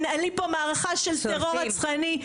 מנהלים פה מערכה של טרור רצחני,